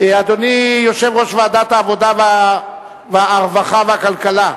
אדוני, יושב-ראש ועדת העבודה, הרווחה והבריאות,